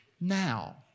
Now